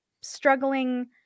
struggling